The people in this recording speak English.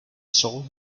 saw